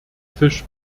fisch